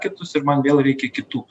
kitus ir man vėl reikia kitų